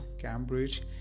Cambridge